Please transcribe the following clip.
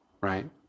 right